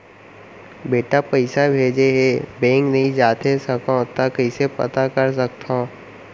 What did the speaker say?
बेटा पइसा भेजे हे, बैंक नई जाथे सकंव त कइसे पता कर सकथव?